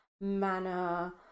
manner